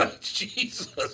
Jesus